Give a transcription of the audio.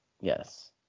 Yes